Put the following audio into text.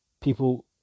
people